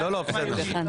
לא, בסדר.